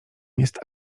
jest